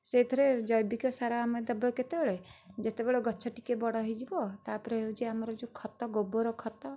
ସେହିଥିରେ ଜୈବିକ ସାର ଆମେ ଦେବା କେତେବେଳେ ଯେତେବେଳେ ଗଛ ଟିକିଏ ବଡ଼ ହୋଇଯିବ ତା'ପରେ ହେଉଛି ଆମର ଯେଉଁ ଖତ ଗୋବର ଖତ